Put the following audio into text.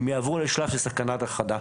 הם יעברו לשלב של סכנת הכחדה.